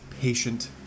Patient